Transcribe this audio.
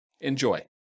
Enjoy